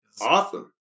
awesome